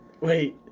wait